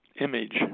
image